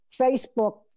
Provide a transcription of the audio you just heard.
Facebook